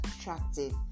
attractive